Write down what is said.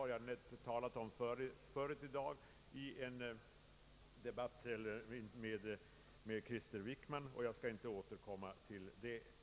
Jag har emellertid tidigare i dag i en debatt med statsrådet Wickman talat om detta och jag skall inte återkomma till den frågan nu.